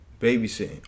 babysitting